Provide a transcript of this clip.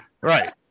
right